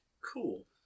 Cool